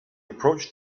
approached